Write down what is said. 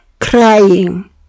crying